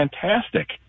fantastic